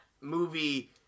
movie